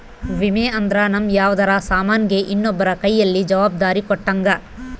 ವಿಮೆ ಅಂದ್ರ ನಮ್ ಯಾವ್ದರ ಸಾಮನ್ ಗೆ ಇನ್ನೊಬ್ರ ಕೈಯಲ್ಲಿ ಜವಾಬ್ದಾರಿ ಕೊಟ್ಟಂಗ